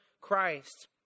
Christ